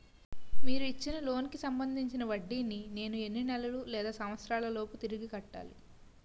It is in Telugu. మీరు ఇచ్చిన లోన్ కి సంబందించిన వడ్డీని నేను ఎన్ని నెలలు లేదా సంవత్సరాలలోపు తిరిగి కట్టాలి?